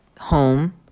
home